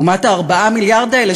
לעומת 4 המיליארד האלה,